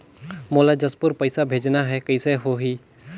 मोला जशपुर पइसा भेजना हैं, कइसे होही?